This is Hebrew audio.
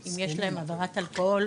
אם יש להם עבירת אלכוהול,